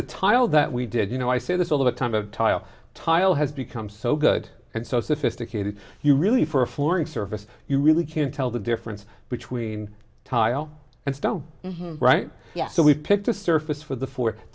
the tile that we did you know i see this all the time a tile tile has become so good and so sophisticated you really for a flooring service you really can't tell the difference between tile and stone right yes so we picked a surface for the four